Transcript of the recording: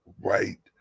right